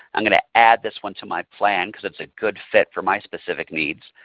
i'm going to add this one to my plan because it's a good fit for my specific needs.